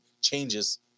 changes